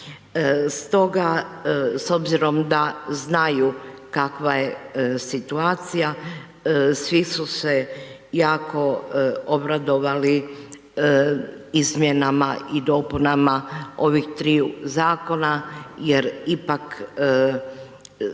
Stoga s obzirom da znaju kakva je situacija, svi su se jako obradovali izmjena i dopunama ovih triju zakona jer ipak